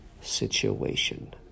situation